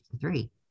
three